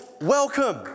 welcome